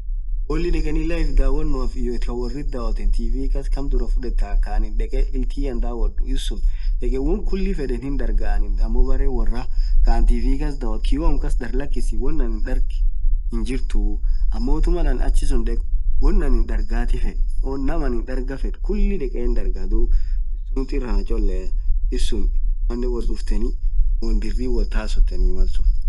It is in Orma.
bolli dhekeni live dhawonof iyyo thaa worithi dhawothen tv kass kaam dhurah fudhetha kaaanin dheke ilthiyan dhawadhu issun khulii fedhen hindhargaa ammo berre worah kaaanin TV kass dhawodhu kiooym kas dargha lakis won anin darghu hinjirtuu ammo Mal anin achisun dhekhu won anin dargathi fedhu naam anin dharghathi fedh khulii dekhe hindarghah dhub suthi ira anacholea isun inamaanen woth dhufteni won birri woth hasotheni